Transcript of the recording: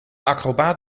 acrobaat